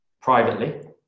privately